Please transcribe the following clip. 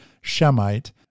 Shemite